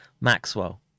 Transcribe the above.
Maxwell